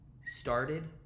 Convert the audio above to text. started